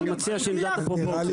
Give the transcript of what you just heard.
אני מציע שידע את הפרופורציות.